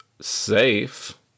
safe